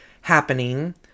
happening